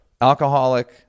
alcoholic